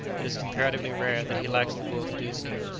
it is comparatively rare that he lacks the will to do so.